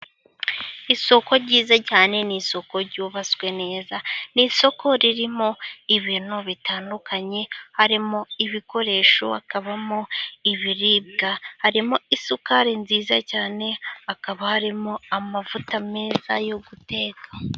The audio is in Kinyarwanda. Isoko ryiza cyane ni isoko ryubatswe neza. Ni isoko ririmo ibintu bitandukanye harimo ibikoresho, hakabamo ibiribwa, harimo isukari nziza cyane, hakaba harimo amavuta meza yo guteka.